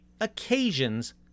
occasions